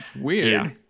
weird